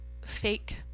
fake